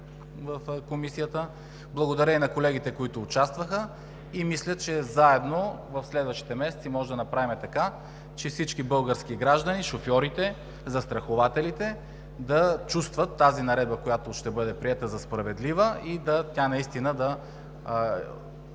в Комисията. Благодаря и на колегите, които участваха. Мисля, че в следващите месеци заедно можем да направим така, че всички български граждани – шофьорите, застрахователите, да чувстват наредбата, която ще бъде приета, за справедлива и тя наистина да